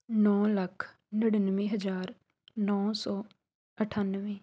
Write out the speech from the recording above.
ਨੌ ਲੱਖ ਨੜਿੱਨਵੇਂ ਹਜ਼ਾਰ ਨੌ ਸੌ ਅਠਾਨਵੇਂ